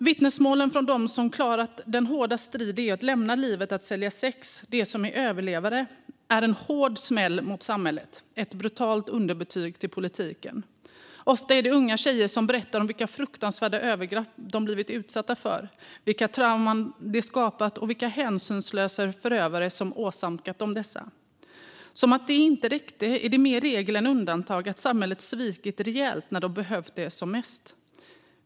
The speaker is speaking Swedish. Vittnesmålen från dem som klarat den hårda strid det är att lämna livet där de säljer sex, de som är överlevare, är en hård smäll mot samhället och ett brutalt underbetyg till politiken. Ofta är det unga tjejer som berättar om vilka fruktansvärda övergrepp de blivit utsatta för, vilka trauman det skapat och vilka hänsynslösa förövare som åsamkat dem dessa. Som om det inte räckte är det mer regel än undantag att samhället svikit dem rejält när de behövt det som mest.